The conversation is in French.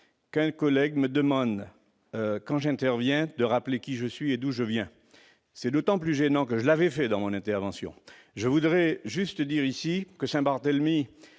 qu'un collègue me demande, quand j'interviens, de rappeler qui je suis et d'où je viens. C'était d'autant plus gênant que je l'avais fait au cours de mon intervention ... Je veux simplement rappeler que Saint-Barthélemy